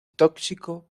tóxico